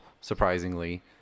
surprisingly